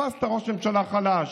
תפסת ראש ממשלה חלש,